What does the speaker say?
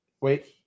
wait